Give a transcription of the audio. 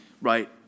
right